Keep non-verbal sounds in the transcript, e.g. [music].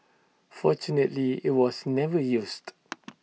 fortunately IT was never used [noise]